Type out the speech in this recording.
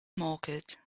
market